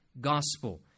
gospel